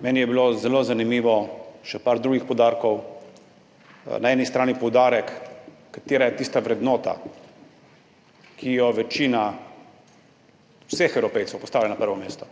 Meni so bili zelo zanimivi še drugi poudarki, na eni strani poudarek, katera je tista vrednota, ki jo večina vseh Evropejcev postavlja na prvo mesto.